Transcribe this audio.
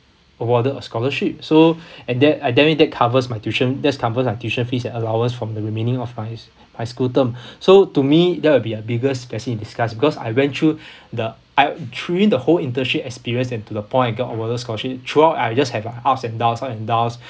awarded a scholarship so and that and then it that covers my tuition that covers my tuition fees and allowance from the remaining of my my school term so to me that would be the biggest blessing in disguise because I went through the I during the whole internship experience and to the point I get awarded scholarship throughout I just have like ups and downs ups and downs